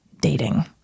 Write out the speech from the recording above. dating